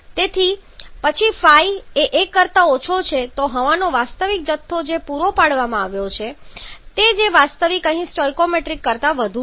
તેથી પછી ϕ એ 1 કરતા ઓછો છે તો હવાનો વાસ્તવિક જથ્થો જે પૂરો પાડવામાં આવ્યો છે જે વાસ્તવમાં અહીં સ્ટોઇકિયોમેટ્રિક કરતાં વધુ છે